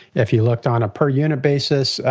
if you looked on a per unit basis,